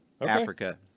Africa